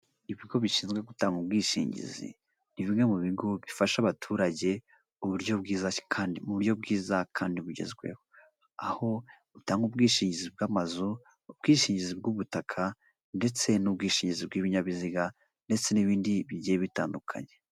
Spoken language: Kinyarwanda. Ibigo bishinzwe gutanga ubwishingizi, ni bimwe mu bigo bifasha abaturage mu buryo bwiza kandi bugezweho, aho batanga ubwishingizi bw'amazu, ubwishingizi bw'ubutaka ndetse n'ubwishingizi bw'ibinyabiziga ndetse n'ibindi bigiye bitandukanye.